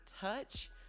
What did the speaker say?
touch